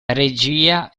regia